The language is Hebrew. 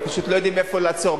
פשוט, לא יודעים איפה לעצור.